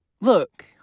Look